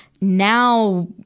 Now